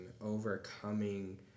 overcoming